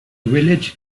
village